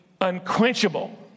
unquenchable